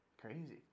Crazy